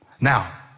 Now